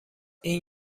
این